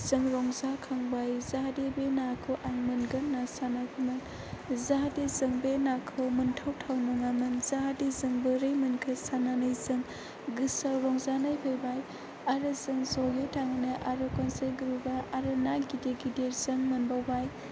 जों रंजाखांबाय बे नाखौ आं मोनगोन होनना सानाखैमोन जों बे नाखौ मोनथाव थाव नङामोन जों बोरै मोनखो साननानै जों गोसोआव रंजानाय फैबाय आरो जों ज'यै थांनो आरो खनसे गुरबा आरो ना गिदिर गिदिर जों मोनबावबाय